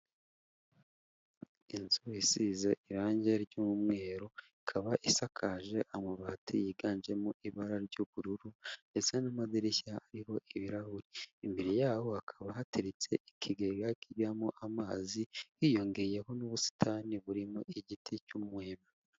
Inzu isize irangi ry'umweru, ikaba isakaje amabati yiganjemo ibara ry'ubururu, ndetse n'amadirishya ariho ibirahuri, imbere yaho hakaba hateretse ikigega kijyamo amazi, hiyongeyeho n'ubusitani burimo igiti cy'umuheba.